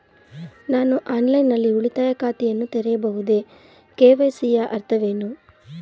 ನಾನು ಆನ್ಲೈನ್ ನಲ್ಲಿ ಉಳಿತಾಯ ಖಾತೆಯನ್ನು ತೆರೆಯಬಹುದೇ? ಕೆ.ವೈ.ಸಿ ಯ ಅರ್ಥವೇನು?